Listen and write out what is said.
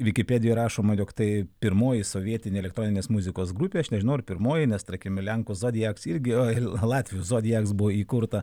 vikipedijoj rašoma jog tai pirmoji sovietinė elektroninės muzikos grupė aš nežinau ar pirmoji nes tarkim lenkų zodiaks irgi latvių zodiaks buvo įkurta